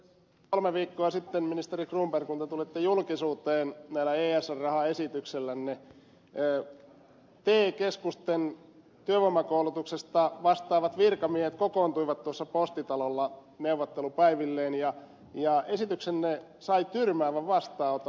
kolme viikkoa sitten ministeri cronberg kun te tulitte julkisuuteen näillä esr rahaesityksillänne te keskusten työvoimakoulutuksesta vastaavat virkamiehet kokoontuivat tuossa postitalolla neuvottelupäivilleen ja esityksenne sai tyrmäävän vastaanoton